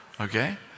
Okay